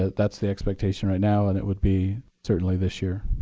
that's the expectation right now and it would be certainly this year.